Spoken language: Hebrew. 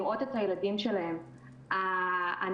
הוצאנו אתמול הנחיות חדשות.